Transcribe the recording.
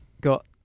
got